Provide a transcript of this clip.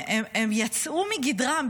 והן יצאו מגדרן,